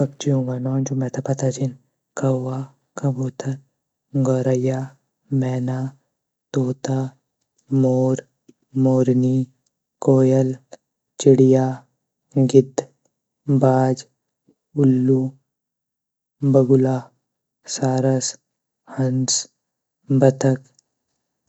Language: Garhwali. पक्षियों ग नौ जू मेता पता छीन कवा, कबूतर, गौरइया, मैना, तोता, मोर, मोरनी, कोयल, चिड़िया, गीद, बाज़, उल्लू, बगुला, सारस, हंस, बतक।